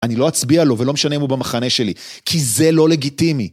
אני לא אצביע לו, ולא משנה אם הוא במחנה שלי. כי זה לא לגיטימי.